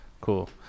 Cool